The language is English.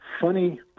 funny